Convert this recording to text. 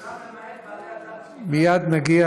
כולם למעט בעלי, מייד נגיע